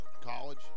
college